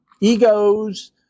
egos